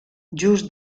just